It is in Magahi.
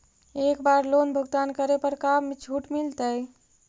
एक बार लोन भुगतान करे पर का छुट मिल तइ?